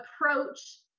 approach